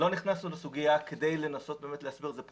לא נכנסו לסוגיה כדי לנסות להסביר את זה.